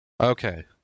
okay